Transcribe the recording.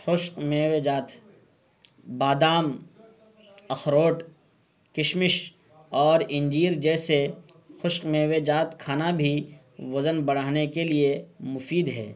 خشک میوے جات بادام اخروٹ کشمش اور انجیر جیسے خشک میوے جات کھانا بھی وزن بڑھانے کے لیے مفید ہے